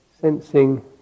sensing